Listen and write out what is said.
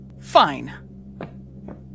Fine